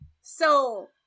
So-